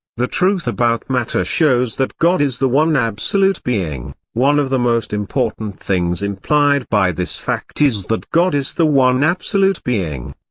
the truth about matter shows that god is the one absolute being one of the most important things implied by this fact is that god is the one absolute being.